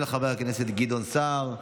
של חבר הכנסת גדעון סער.